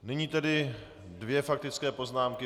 Nyní tedy dvě faktické poznámky.